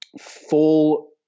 full